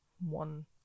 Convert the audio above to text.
one